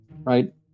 right